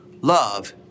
love